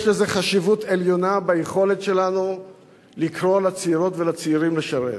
יש לזה חשיבות עליונה ביכולת שלנו לקרוא לצעירות ולצעירים לשרת.